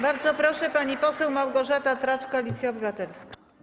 Bardzo proszę, pani poseł Małgorzata Tracz, Koalicja Obywatelska.